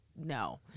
no